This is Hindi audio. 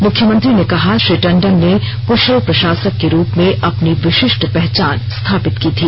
मुख्यमंत्री ने कहा श्री टंडन ने कुशल प्रशासक के रूप में अपनी विशिष्ट पहचान स्थापित की थी